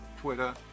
Twitter